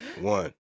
one